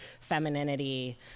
femininity